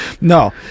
No